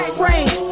Strange